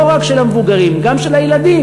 לא רק של המבוגרים, גם של הילדים.